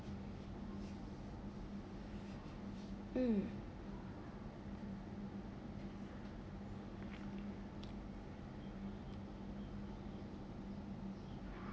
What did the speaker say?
mm